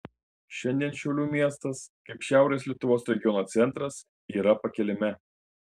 šiandien šiaulių miestas kaip šiaurės lietuvos regiono centras yra pakilime